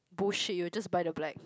bullshit you just buy the black